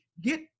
get